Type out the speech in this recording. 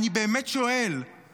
אני באמת שואל,